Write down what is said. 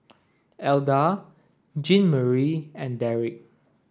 Elda Jeanmarie and Derek